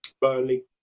Burnley